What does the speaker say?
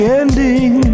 ending